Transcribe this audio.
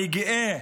אני גאה